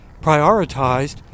prioritized